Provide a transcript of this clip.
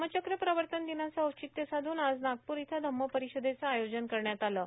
या धम्मचक्र प्रवर्तन दिनाचं औचित्य साधून आज नागपूर इथं धम्म परिषदेचं आयोजन करण्यात आलं आहे